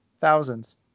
Thousands